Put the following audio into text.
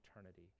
eternity